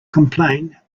complain